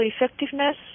effectiveness